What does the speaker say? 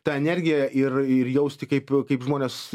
tą energiją ir ir jausti kaip kaip žmonės